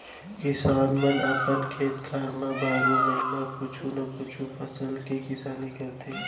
किसान मन अपन खेत खार म बारो महिना कुछु न कुछु फसल के किसानी करथे